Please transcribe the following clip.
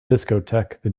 discotheque